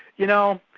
you know,